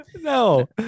No